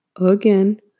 again